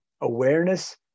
awareness